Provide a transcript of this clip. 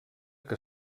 que